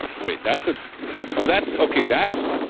wait, that's a oh, that's ok, that's